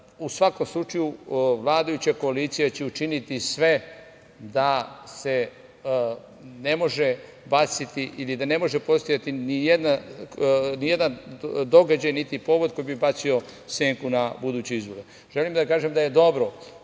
svakom slučaju, vladajuća koalicija će učiniti sve da ne može postojati nijedan događaj niti povod koji bi bacio senku na buduće izbore. Želim da kažem da je dobro